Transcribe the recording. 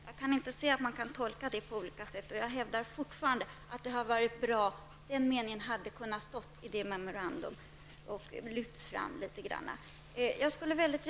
Jag kan inte se att man kan tolka det på olika sätt, och jag hävdar fortfarande att den meningen skulle ha kunnat lyftas fram i memorandumet.